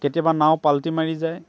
কেতিয়াবা নাও পাল্টি মাৰি যায়